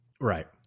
right